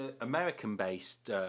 American-based